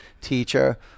teacher